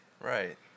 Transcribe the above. right